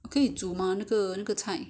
可以煮吗那个那个菜